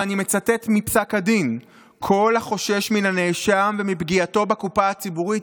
ואני מצטט מפסק הדין: "כל החושש מן הנאשם ומפגיעתו בקופה הציבורית,